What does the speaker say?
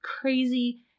crazy